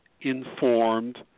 informed